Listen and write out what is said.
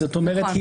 זאת אומרת,